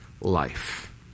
life